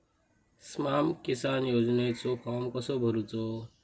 स्माम किसान योजनेचो फॉर्म कसो भरायचो?